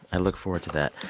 i look forward to that.